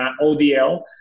ODL